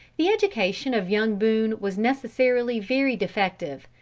the education of young boone was necessarily very defective.